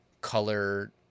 color